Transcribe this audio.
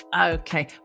okay